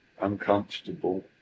uncomfortable